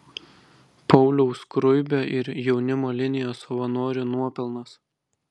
pauliaus skruibio ir jaunimo linijos savanorių nuopelnas